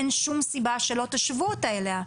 אין שום סיבה שלא תשוו אותה אליה.